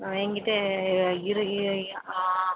ஆ எங்கிட்ட இரு இ ஆ